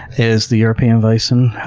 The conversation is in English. is the european bison,